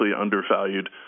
undervalued